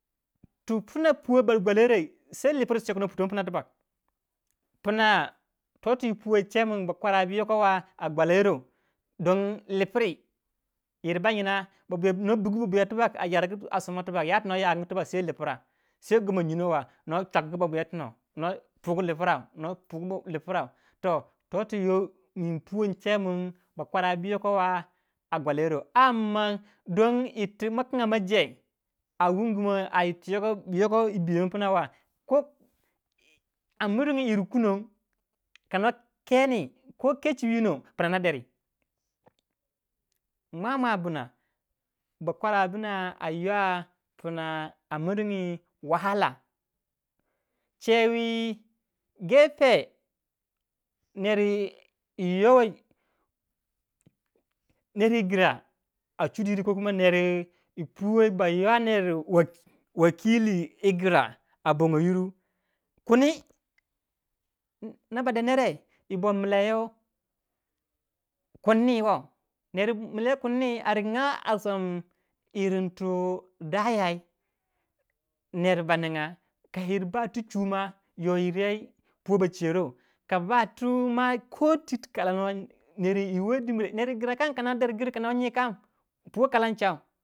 Tu puno puwei ba gwarayiroi bur lipiri su yoko noh putongu tubok puna to ti yi puwei yi chemun bakwa ra bu yoko wa a gwawlayiro don lipiri yir bai na ba buya no buga ta tu somai bur lipra wahala no pugu iipra ton to tu yoh bakwara bi yoko wa a gwalayiro amman don yir ti makinga ma jei a wungumou bi yoko yibiyon puma wa a miringi ne hunka nor heni ko chachi winon puna na deri mwa mwa bna bakwara bna yilanga mirin whala chewi gepe neru you yi gina a chudiyiri ner wu puwei ba ywa wakili wu gra a bango yiru kundi no ba de nere mila yoh kunni woh a riganga a som irin tum tum twi daya ner ba ninga ka yir ba ti chu ma yo yir yey puwei ba chero ka ba tu ma ko twi ti kalanou ner wuwoyi dimre, ner wu gra kam kano der gir no nyi puew kalangu cyau.